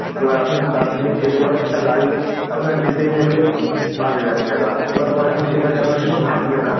এবার আপনি দার্জিলিং যেতে গেলে একটা গাড়ি আপনার যেতেই নেবে পাঁচ হাজার টাকা এবার পরের দিন সে গাড়ি আপনার জন্য থাকবে না